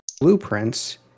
blueprints